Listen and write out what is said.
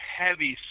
heavy